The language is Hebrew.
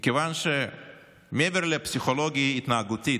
מכיוון שמעבר לפסיכולוגיה התנהגותית,